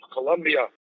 Colombia